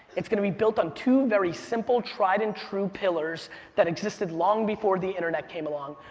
it's gonna be built on two very simple tried and true pillars that existed long before the internet came along,